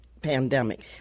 pandemic